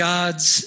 God's